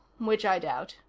which i doubt.